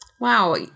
Wow